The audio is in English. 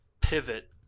pivot